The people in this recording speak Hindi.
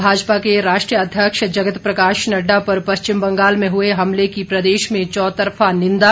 भाजपा के राष्ट्रीय अध्यक्ष जगत प्रकाश नड्डा पर पश्चिम बंगाल में हुए हमले की प्रदेश में चौतरफा निंदा